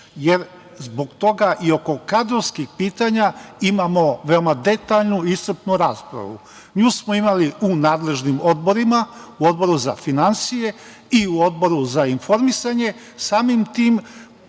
jer zbog toga i oko kadrovskih pitanja imamo veoma detaljnu i iscrpnu raspravu. Nju smo imali u nadležnim odborima, u Odboru za finansije i u Odboru za informisanje. Samim tim